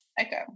Okay